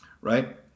right